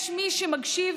יש מי שמקשיב